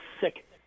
sick